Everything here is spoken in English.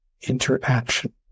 interaction